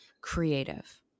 creative